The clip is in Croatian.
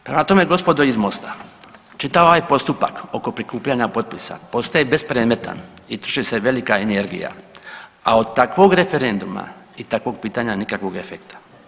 Prema tome gospodo iz MOST-a čitav ovaj postupak oko prikupljanja potpisa postaje bespredmetan i troši se velika energija, a od takvog referenduma i takvog pitanja nikakvog efekta.